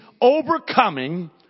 overcoming